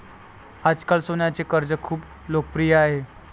आजकाल सोन्याचे कर्ज खूप लोकप्रिय आहे